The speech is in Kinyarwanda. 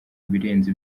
ibirenze